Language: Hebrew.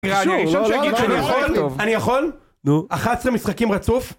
שוב, שוב, שוב, אני יכול? נו... 11 משחקים רצוף?